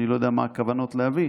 אני לא יודע מה הכוונות להביא.